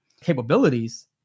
capabilities